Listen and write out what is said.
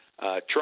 Trump